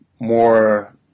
more